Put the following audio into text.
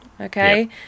Okay